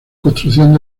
construcción